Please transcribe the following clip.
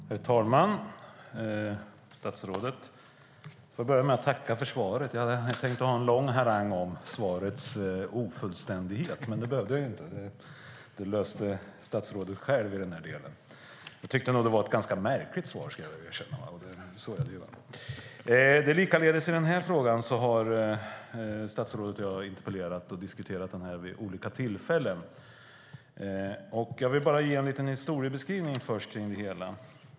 Herr talman och statsrådet! Jag får börja med att tacka för svaret. Jag hade tänkt ha en lång harang om svarets ofullständighet, men det behövde jag inte. Det löste statsrådet själv i denna del. Jag tyckte nog att det var ett ganska märkligt svar, ska jag erkänna. Likaledes har statsrådet och jag i denna fråga haft interpellationsdebatter och diskuterat vid olika tillfällen. Jag vill först bara ge en liten historiebeskrivning av det hela.